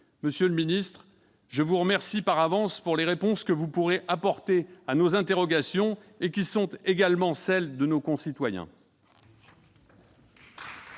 Monsieur le secrétaire d'État, je vous remercie par avance des réponses que vous pourrez apporter à nos interrogations, qui sont également celles de nos concitoyens.